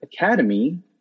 academy